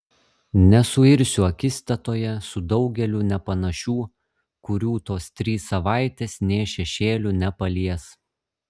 nesuirsiu akistatoje su daugeliu nepanašių kurių tos trys savaitės nė šešėliu nepalies